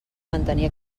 mantenir